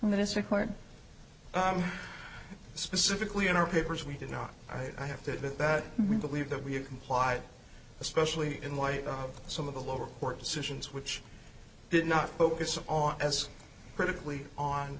required specifically in our papers we did not write i have to admit that we believe that we have complied especially in light of some of the lower court decisions which did not focus on as critically on